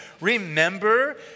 remember